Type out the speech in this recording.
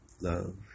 love